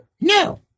No